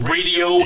Radio